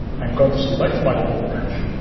i'm going to select my default branch,